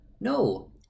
no